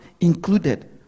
included